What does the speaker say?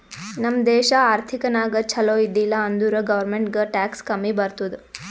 ನಮ್ ದೇಶ ಆರ್ಥಿಕ ನಾಗ್ ಛಲೋ ಇದ್ದಿಲ ಅಂದುರ್ ಗೌರ್ಮೆಂಟ್ಗ್ ಟ್ಯಾಕ್ಸ್ ಕಮ್ಮಿ ಬರ್ತುದ್